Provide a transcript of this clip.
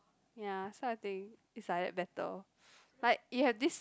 ya so I think if like that better but you have this